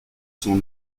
sont